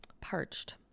parched